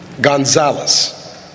Gonzalez